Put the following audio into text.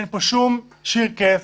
אין פה שום שירקעס,